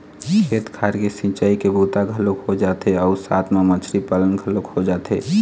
खेत खार के सिंचई के बूता घलोक हो जाथे अउ साथ म मछरी पालन घलोक हो जाथे